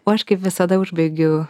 o aš kaip visada užbaigiu